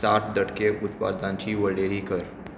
साट टक्के उत्पादांची वळेरी कर